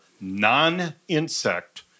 non-insect